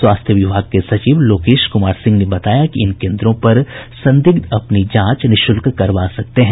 स्वास्थ्य विभाग के सचिव लोकेश कुमार सिंह ने बताया कि इन केन्द्रो पर संदिग्ध अपनी जांच निःशुल्क करवा सकते हैं